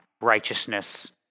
righteousness